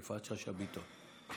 יפעת שאשא ביטון.